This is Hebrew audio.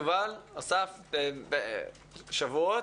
שבועות?